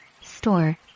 Store